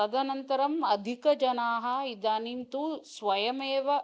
तदनन्तरम् अधिकाः जनाः इदानीं तु स्वयमेव